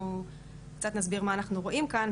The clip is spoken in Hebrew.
אנחנו קצת נסביר מה אנחנו רואים כאן.